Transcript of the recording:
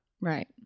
Right